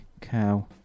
cow